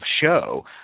show